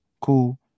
Cool